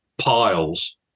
piles